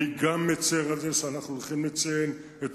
וגם אני מצר על זה שאנחנו הולכים לציין את